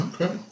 Okay